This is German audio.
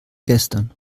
gestern